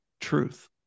truth